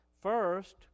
first